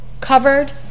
covered